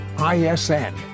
ISN